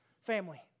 family